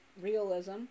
realism